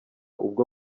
ubwo